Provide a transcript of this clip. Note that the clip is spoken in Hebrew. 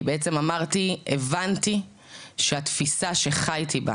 כי הבנתי שהתפיסה שחייתי בה